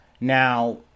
Now